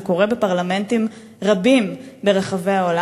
זה קורה בפרלמנטים רבים ברחבי העולם.